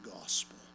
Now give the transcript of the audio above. gospel